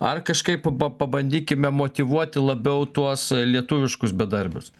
ar kažkaip pa pabandykime motyvuoti labiau tuos lietuviškus bedarbius